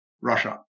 Russia